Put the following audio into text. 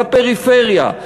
בפריפריה,